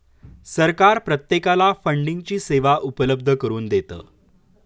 सरकार प्रत्येकाला फंडिंगची सेवा उपलब्ध करून देतं